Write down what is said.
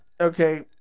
okay